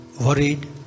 worried